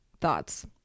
thoughts